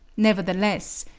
nevertheless,